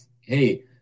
hey